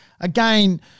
Again